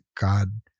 God